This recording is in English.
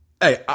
hey